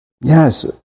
Yes